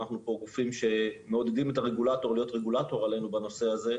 אנחנו גופים שמעודדים את הרגולטור להיות רגולטור עלינו בנושא הזה,